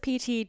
PT